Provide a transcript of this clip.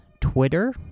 Twitter